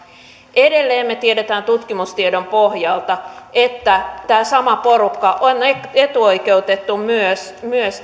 edelleen me tiedämme tutkimustiedon pohjalta että tämä sama porukka on etuoikeutettu myös myös